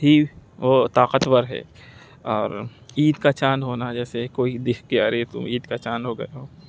ہی وہ طاقتور ہے اور عید کا چاند ہونا جیسے کوئی دیکھ کے ارے تم عید کا چاند ہو گئے ہو